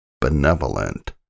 benevolent